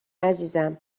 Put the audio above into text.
عزیزم